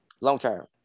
Long-term